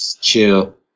Chill